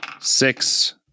Six